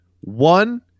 one